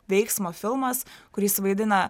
veiksmo filmas kur jis vaidina